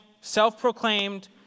Self-proclaimed